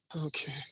Okay